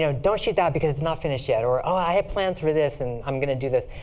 so don't shoot that, because it's not finished yet. or, oh, i had plans for this, and i'm going to do this.